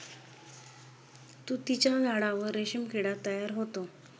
तुतीच्या झाडावर रेशीम किडा तयार होतो